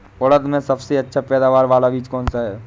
उड़द में सबसे अच्छा पैदावार वाला बीज कौन सा है?